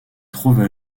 trouve